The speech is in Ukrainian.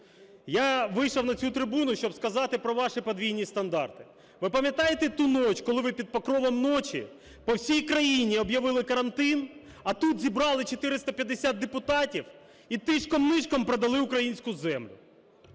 Я вийшов на цю трибуну, щоб сказати про ваші подвійні стандарти. Ви пам'ятаєте ту ніч, коли ви під покровом ночі по всій країні об'явили карантин, а тут зібрали 450 депутатів і тишком-нишком продали українську землю?